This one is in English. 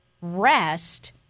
rest